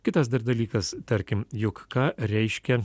kitas dar dalykas tarkim juk ką reiškia